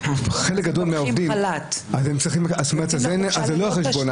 חלק גדול מהעובדים צריכים לצאת לחל"ת.